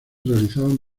realizaban